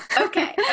Okay